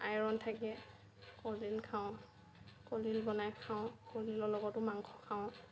iron থাকে কলডিল খাওঁ কলডিল বনাই খাওঁ কলডিলৰ লগতো মাংস খাওঁ